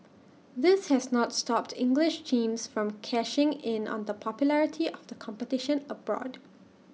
this has not stopped English teams from cashing in on the popularity of the competition abroad